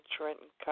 Trenton